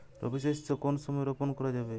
রবি শস্য কোন সময় রোপন করা যাবে?